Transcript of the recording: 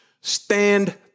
stand